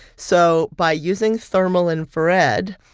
so by using thermal infrared,